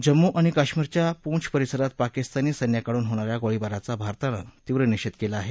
जम्मू आणि कश्मीरच्या पूंछ परिसरात पाकिस्तानी सैन्याकडून होणाऱ्या गोळीबाराचा भारतानं तीव्र निषेध केला आहे